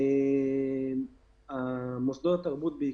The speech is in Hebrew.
היא להתמקד כרגע בתרבות הציבורית.